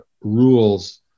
rules